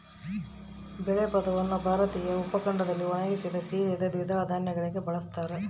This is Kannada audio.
ಬೇಳೆ ಪದವನ್ನು ಭಾರತೀಯ ಉಪಖಂಡದಲ್ಲಿ ಒಣಗಿಸಿದ, ಸೀಳಿದ ದ್ವಿದಳ ಧಾನ್ಯಗಳಿಗೆ ಬಳಸ್ತಾರ